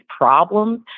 problems